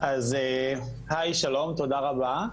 אז היי שלום, תודה רבה.